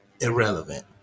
irrelevant